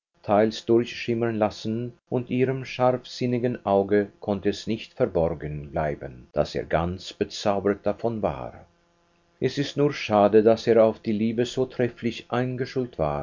teils durchschimmern lassen und ihrem scharfsinnigen auge konnte es nicht verborgen bleiben daß er ganz bezaubert davon war es ist nur schade daß er auf die liebe so trefflich eingeschult war